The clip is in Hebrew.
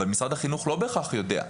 אבל משרד החינוך לא בהכרח יודע.